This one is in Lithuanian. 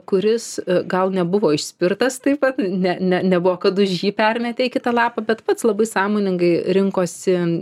kuris gal nebuvo išspirtas taip vat ne ne nebuvo kad už jį permetė į kitą lapą bet pats labai sąmoningai rinkosi